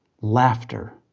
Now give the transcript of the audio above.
laughter